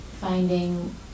finding